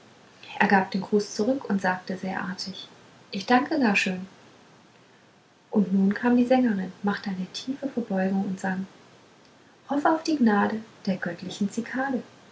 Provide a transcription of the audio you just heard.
er gab den gruß zurück und sagte sehr artig ich danke gar schön und nun kam die sängerin machte eine tiefe verbeugung und sang hoff auf die gnade der göttlichen zikade